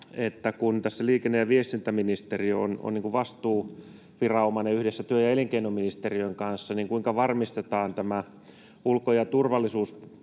siitä, kun tässä liikenne- ja viestintäministeriö on vastuuviranomainen yhdessä työ- ja elinkeinoministeriön kanssa, kuinka varmistetaan tämä ulko- ja turvallisuuspolitiikan